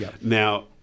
Now